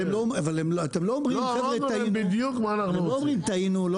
אתם לא אומרים חבר'ה טעינו.